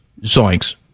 Zoinks